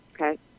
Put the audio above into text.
okay